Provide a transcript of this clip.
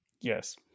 Yes